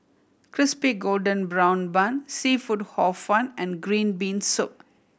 Crispy Golden Brown Bun seafood Hor Fun and green bean soup